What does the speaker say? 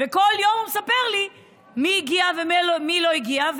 וכל יום הוא מספר לי מי הגיע ומי לא הגיע.